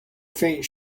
faint